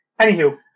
Anywho